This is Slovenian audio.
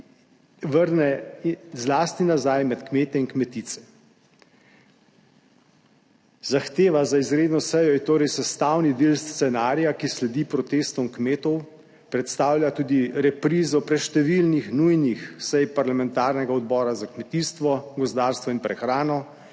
vrne nazaj med kmete in kmetice. Zahteva za izredno sejo je torej sestavni del scenarija, ki sledi protestom kmetov, predstavlja tudi reprizo preštevilnih nujnih sej parlamentarnega odbora za kmetijstvo, gozdarstvo in prehrano,